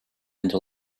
into